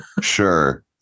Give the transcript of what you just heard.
Sure